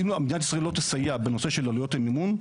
אם המדינה לא תסייע בנושא של המימון,